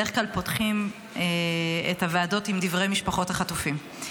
בדרך כלל פותחים את הישיבות עם דברי משפחות החטופים.